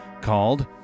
called